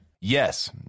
Yes